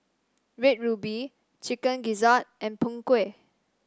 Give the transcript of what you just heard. Red Ruby Chicken Gizzard and Png Kueh